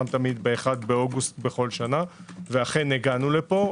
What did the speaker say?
תמיד ב-1 באוגוסט בכל שנה ואכן הגענו לפה.